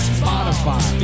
Spotify